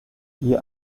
you